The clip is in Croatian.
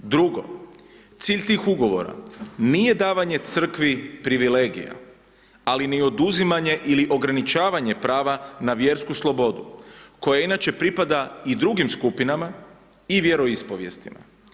Drugo, cilj tih ugovora nije davanje Crkvi privilegija ali ni oduzimanje ili ograničavanje prava na vjersku sloboda koja inače pripada i drugim skupinama i vjeroispovijestima.